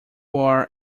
are